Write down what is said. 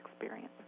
experience